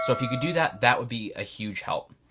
so if you could do that, that would be a huge help.